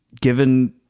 given